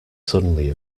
suddenly